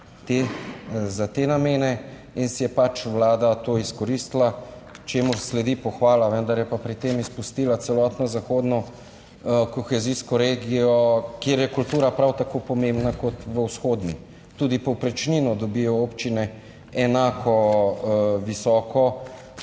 za te namene in si je pač vlada to izkoristila, čemur sledi pohvala, vendar je pa pri tem izpustila celotno zahodno kohezijsko regijo, kjer je kultura prav tako pomembna kot v vzhodni, tudi povprečnino dobijo občine enako visoko,